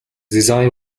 design